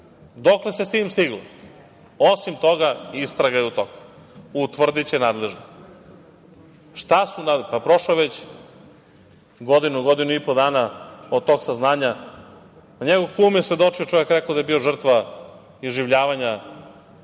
Dokle se sa tim stiglo? Osim toga - istraga je u toku, utvrdiće nadležni. Pa, prošlo je već godinu, godinu i po dana od tog saznanja. Njegov kum je svedočio, čovek je rekao da je bio žrtva iživljavanja